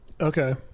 Okay